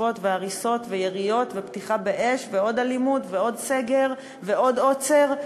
ותקיפות והריסות ויריות ופתיחה באש ועוד אלימות ועוד סגר ועוד עוצר,